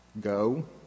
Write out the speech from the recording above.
go